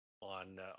on